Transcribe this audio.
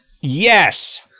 Yes